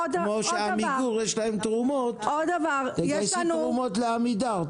כמו שלעמיגור יש תרומות תגייסי תרומות לעמידר.